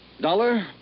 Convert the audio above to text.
Dollar